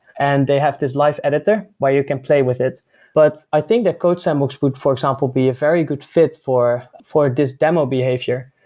and they have this live editor where you can play with it but i think that codesandbox would for example, be a very good fit for for this demo behavior.